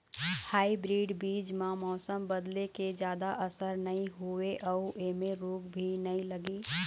hybrid बीज म मौसम बदले के जादा असर नई होवे अऊ ऐमें रोग भी नई लगे